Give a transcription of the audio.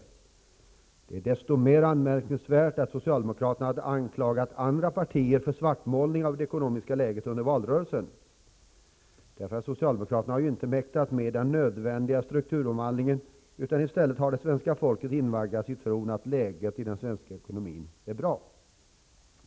Det är desto mer anmärkningsvärt som socialdemokraterna under valrörelsen har anklagat andra partier för svartmålning av det ekonomiska läget. Socialdemokraterna har inte mäktat att genomföra den nödvändiga strukturomvandlingen. I stället har svenska folket invaggats i tron att läget i den svenska ekonomin är bra.